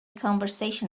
conversation